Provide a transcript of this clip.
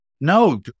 no